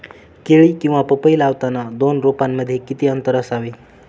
केळी किंवा पपई लावताना दोन रोपांमध्ये किती अंतर असावे?